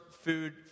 food